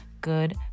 good